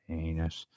anus